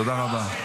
תודה רבה,